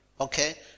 Okay